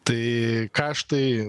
tai kaštai